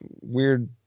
weird